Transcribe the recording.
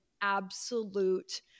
absolute